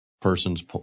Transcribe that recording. person's